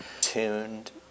tuned